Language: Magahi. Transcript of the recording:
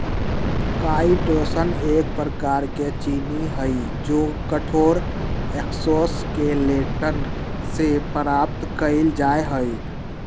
काईटोसन एक प्रकार के चीनी हई जो कठोर एक्सोस्केलेटन से प्राप्त कइल जा हई